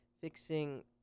fixing